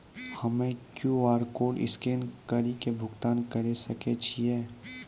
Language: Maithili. हम्मय क्यू.आर कोड स्कैन कड़ी के भुगतान करें सकय छियै?